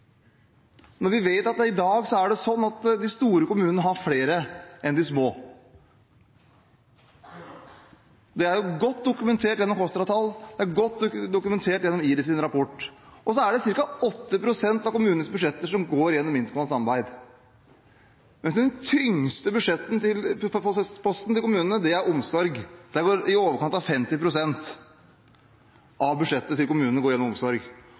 når vi vet at i dag er det sånn at de store kommunene har flere enn de små. Dette er godt dokumentert gjennom Kostra-tall og gjennom IMDis rapport. Cirka 8 pst. av kommunenes budsjetter går til interkommunalt samarbeid, mens den tyngste budsjettposten til kommunene er omsorg. I overkant av 50 pst. av budsjettet til kommunene går til omsorg.